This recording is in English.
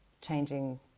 changing